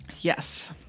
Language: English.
Yes